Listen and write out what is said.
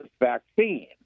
vaccine